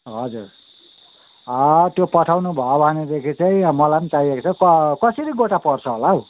हजुर त्यो पठाउनु भयो भनेदेखि चाहिँ मलाई पनि चाहिएको छ कसरी गोटा पर्छ होला हौ